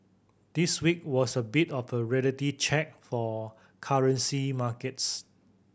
this week was a bit of a reality check for currency markets